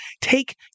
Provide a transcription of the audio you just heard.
take